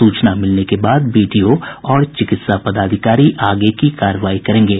सूचना मिलने के बाद बीडीओ और चिकित्सा पदाधिकारी आगे की कार्रवाई करेंगे